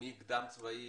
החל מהשלב הקדם צבאי,